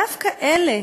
דווקא אלה,